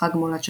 "חג מולד שחור"